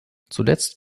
zuletzt